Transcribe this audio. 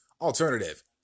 alternative